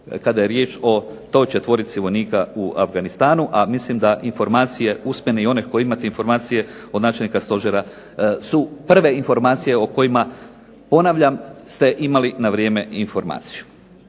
kada je riječ o toj četvorici vojnika u Afganistanu, a mislim da informacije usmene i one koje imate informacije od načelnika stožera su prve informacije o kojima ponavljam ste imali na vrijeme informaciju.